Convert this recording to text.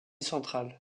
centrale